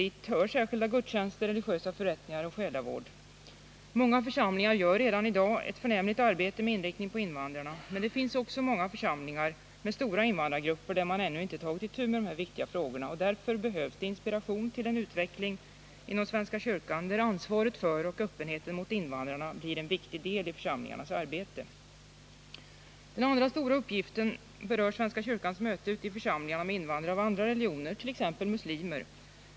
Dit hör särskilda gudstjänster, religiösa förrättningar och själavård. Många församlingar gör redan i dag ett förnämligt arbete med inriktning på invandrarna. Men det finns också många församlingar med stora invandrargrupper där man ännu inte tagit itu med dessa viktiga frågor. Därför behövs det inspiration till en utveckling inom svenska kyrkan som innebär att ansvaret för och öppenheten mot invandrarna blir en viktig del i Nr 149 församlingarnas arbete. Onsdagen den Den andra stora uppgiften berör svenska kyrkans möte ute i församling 21 maj 1980 arna med invandrare av andra religioner, t.ex. muslimer.